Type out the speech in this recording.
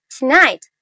Tonight